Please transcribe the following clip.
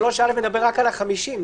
3א מדבר רק על ה-50,